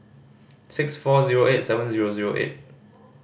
six four zero eight seven zero zero eight